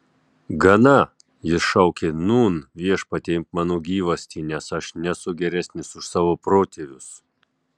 gana jis šaukė nūn viešpatie imk mano gyvastį nes aš nesu geresnis už savo protėvius